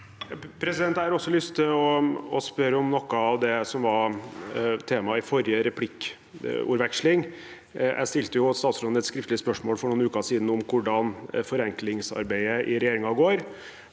Jeg har også lyst til å spørre om noe av det som var tema i forrige replikkordveksling. Jeg stilte statsråden et skriftlig spørsmål for noen uker siden om hvordan forenklingsarbeidet i regjeringen går.